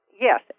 yes